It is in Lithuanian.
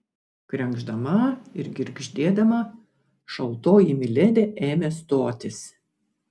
krenkšdama ir girgždėdama šaltoji miledi ėmė stotis